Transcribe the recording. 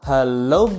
Hello